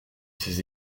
ses